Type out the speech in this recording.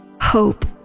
hope